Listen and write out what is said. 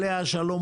עליה השלום,